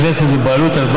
מאיר כהן רוצה לעלות.